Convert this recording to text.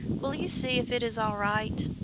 will you see if it is all right?